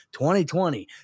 2020